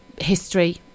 history